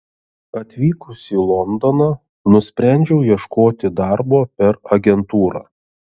atvykusi į londoną nusprendžiau ieškoti darbo per agentūrą